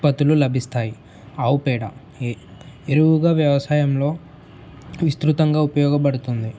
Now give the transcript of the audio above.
ఉత్పత్తులు లభిస్తాయి ఆవు పేడ ఎరువుగా వ్యవసాయంలో విస్తృతంగా ఉపయోగపడుతుంది